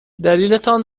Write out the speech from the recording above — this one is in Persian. دلیلتان